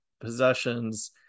possessions